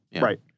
Right